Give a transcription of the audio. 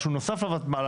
משהו נוסף לוותמ"ל,